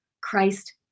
Christ